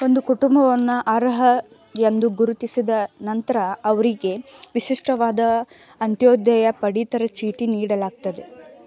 ಒಂದು ಕುಟುಂಬವನ್ನು ಅರ್ಹ ಎಂದು ಗುರುತಿಸಿದ ನಂತ್ರ ಅವ್ರಿಗೆ ವಿಶಿಷ್ಟವಾದ ಅಂತ್ಯೋದಯ ಪಡಿತರ ಚೀಟಿ ನೀಡಲಾಗ್ತದೆ